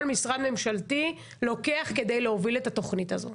משרד ממשלתי לוקח כדי להוביל את התוכנית הזאת.